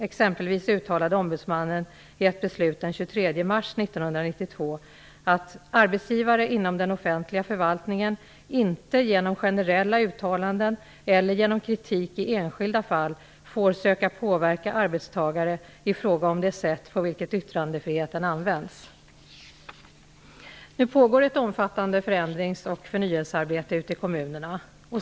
Exempelvis uttalade ombudsmannen i ett beslut den 23 mars 1992 att ''arbetsgivare inom den offentliga förvaltningen inte genom generella uttalanden eller genom kritik i enskilda fall får söka påverka arbetstagare i fråga om det sätt på vilket yttrandefriheten används''. Nu pågår det ett omfattande förändrings och förnyelsearbete ute i kommunerna.